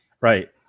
Right